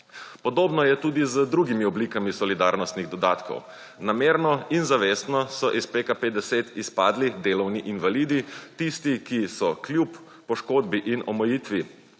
Podobno je tudi z drugimi oblikami solidarnostnih dodatkov. Namerno in zavestno so iz PKP 10 izpadli delovni invalidi, tisti ki so kljub poškodbi in omejitvi